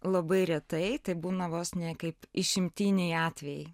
labai retai tai būna vos ne kaip išimtiniai atvejai